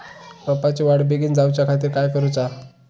रोपाची वाढ बिगीन जाऊच्या खातीर काय करुचा?